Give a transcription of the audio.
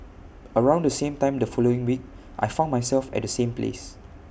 around the same time the following week I found myself at the same place